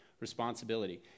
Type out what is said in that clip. responsibility